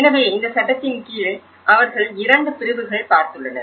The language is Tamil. எனவே இந்த சட்டத்தின் கீழ் அவர்கள் 2 பிரிவுகள் பார்த்துள்ளனர்